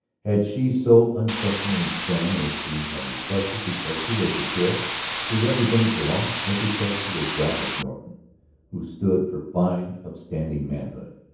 had she so unquestioningly done as he had requested because he was the sheriff who represented the law? or because he was roderick norton who stood for fine, upstanding manhood.